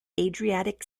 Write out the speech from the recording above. adriatic